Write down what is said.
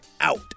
out